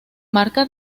marca